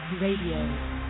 Radio